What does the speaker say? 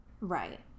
Right